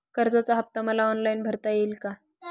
कर्जाचा हफ्ता मला ऑनलाईन भरता येईल का?